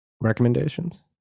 recommendations